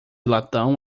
latão